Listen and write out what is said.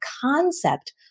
concept